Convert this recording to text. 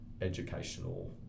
educational